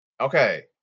Okay